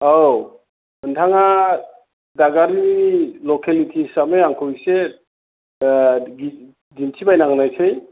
औ नोंथाङा दादगारिनि लकेलिटि हिसाबै आंखौ इसे दिन्थिबायना होदोसै